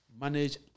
manage